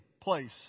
place